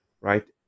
right